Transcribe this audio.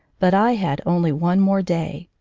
but i had only one more day.